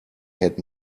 had